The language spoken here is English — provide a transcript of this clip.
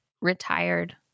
retired